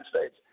States